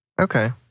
Okay